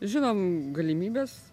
žinom galimybes